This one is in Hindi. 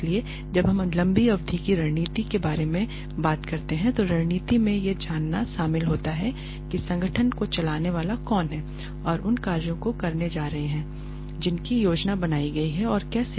इसलिए जब हम लंबी अवधि की रणनीति के बारे में बात करते हैं तो रणनीति में यह जानना शामिल होता है कि संगठन को चलाने वाला कौन है जो उन कार्यों को करने जा रहा है जिनकी योजना बनाई गई है और कैसे